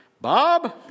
Bob